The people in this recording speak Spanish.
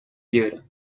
piedra